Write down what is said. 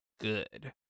good